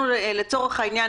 לצורך העניין,